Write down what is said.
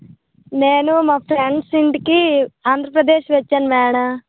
నేను మా ఫ్రెండ్స్ ఇంటికి ఆంధ్రప్రదేశ్ వచ్చాను మేడం